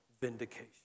vindication